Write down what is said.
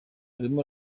urimo